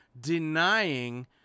denying